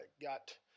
got